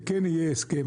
וכן יהיה הסכם,